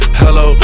hello